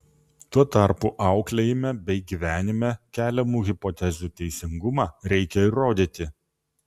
tuo tarpu auklėjime bei gyvenime keliamų hipotezių teisingumą reikia įrodyti